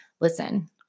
listen